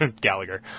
Gallagher